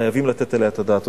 חייבים לתת עליה את הדעת.